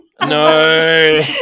No